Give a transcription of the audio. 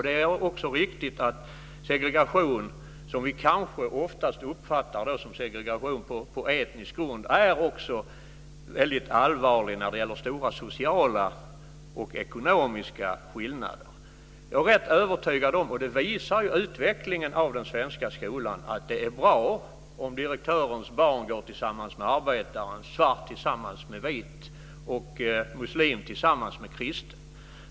Det är också riktigt att segregation, som vi kanske oftast uppfattar som segregation på etnisk grund, är väldigt allvarlig när det gäller stora sociala och ekonomiska skillnader. Jag är rätt övertygad om - det visar utvecklingen av den svenska skolan - att det är bra om direktörens barn går tillsammans med arbetarens barn, svart tillsammans med vit och muslim tillsammans med kristen.